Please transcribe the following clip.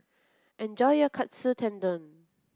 enjoy your Katsu Tendon